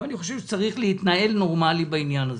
ואני חושב שצריך להתנהל נורמלי בעניין הזה.